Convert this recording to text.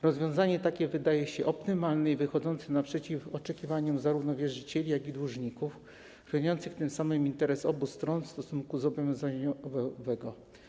Rozwiązanie takie wydaje się optymalne i wychodzące naprzeciw oczekiwaniom zarówno wierzycieli, jak i dłużników, chroniąc tym samym interesy obu stron stosunku zobowiązaniowego.